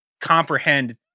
comprehend